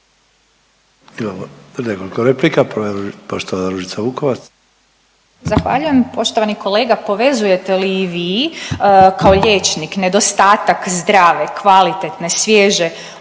Ružica Vukovac. **Vukovac, Ružica (Nezavisni)** Zahvaljujem. Poštovani kolega, povezujete li i vi kao liječnik nedostatak zdrave, kvalitetne, svježe